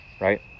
right